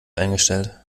eingestellt